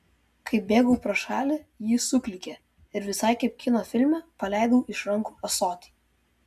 kai bėgau pro šalį ji suklykė ir visai kaip kino filme paleido iš rankų ąsotį